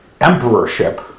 emperorship